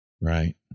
Right